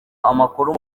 amakuru